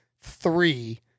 three